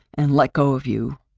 and let go of you,